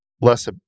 less